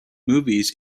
movies